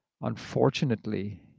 unfortunately